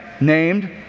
named